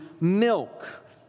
milk